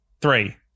three